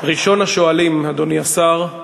ראשון השואלים, אדוני השר,